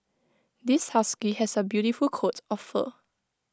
this husky has A beautiful coat of fur